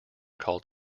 called